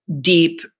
deep